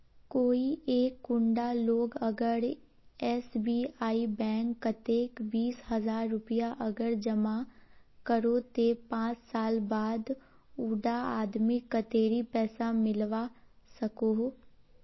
कोई एक कुंडा लोग अगर एस.बी.आई बैंक कतेक बीस हजार रुपया अगर जमा करो ते पाँच साल बाद उडा आदमीक कतेरी पैसा मिलवा सकोहो?